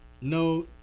No